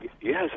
Yes